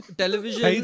television